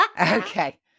Okay